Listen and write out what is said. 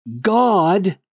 God